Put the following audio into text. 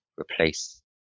replace